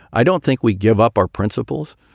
i don't think we give up our principles.